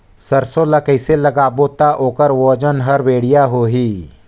सरसो ला कइसे लगाबो ता ओकर ओजन हर बेडिया होही?